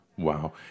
Wow